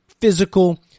physical